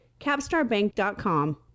CapstarBank.com